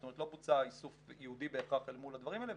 זאת אומרת לא בוצע איסוף ייעודי בהכרח אל מול הדברים האלה,